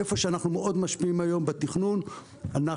איפה שאנחנו מאוד משפיעים היום בתכנון אנחנו